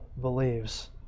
believes